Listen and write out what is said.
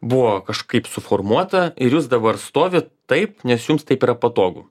buvo kažkaip suformuota ir jūs dabar stovit taip nes jums taip yra patogu